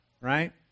right